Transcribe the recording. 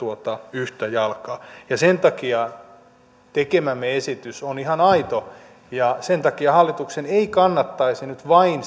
yhtä jalkaa sen takia tekemämme esitys on ihan aito ja sen takia hallituksen ei kannattaisi nyt vain